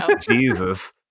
Jesus